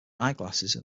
eyeglasses